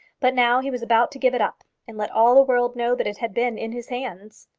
but now he was about to give it up and let all the world know that it had been in his hands.